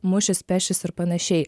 mušis pešis ir panašiai